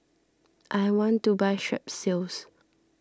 I want to buy Strepsils